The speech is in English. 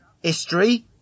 history